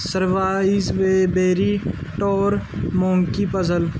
ਸਰਵਾਈਜ way berry tor monkey puzzle